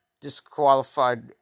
disqualified